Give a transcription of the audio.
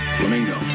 Flamingo